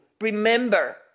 remember